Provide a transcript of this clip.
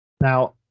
Now